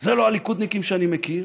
זה לא הליכודניקים שאני מכיר.